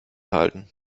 halten